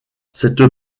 cette